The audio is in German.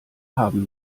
haben